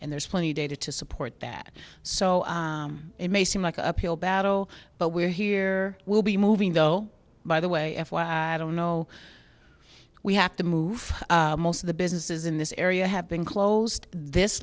and there's plenty of data to support that so it may seem like a uphill battle but we're here we'll be moving though by the way i don't know we have to move most of the businesses in this area have been closed this